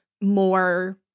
more